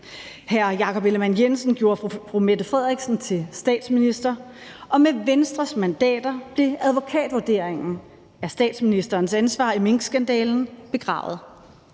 Hr. Jakob Ellemann-Jensen gjorde fru Mette Frederiksen til statsminister, og med Venstres mandater blev advokatvurderingen af statsministerens ansvar i minkskandalen begravet.